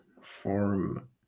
form